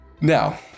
Now